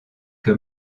que